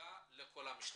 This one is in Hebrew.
תודה לכל המשתתפים.